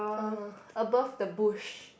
uh above the bush